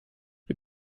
wir